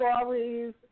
stories